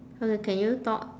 uh can you talk